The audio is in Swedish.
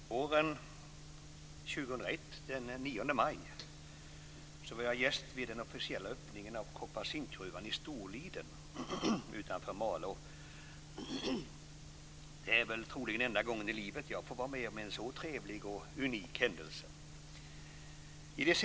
Fru talman! Våren 2001, den 9 maj, var jag gäst vid den officiella öppningen av koppar och zinkgruvan i Storliden utanför Malå. Det är troligen enda gången i livet jag får vara med om en så trevlig och unik händelse.